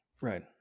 right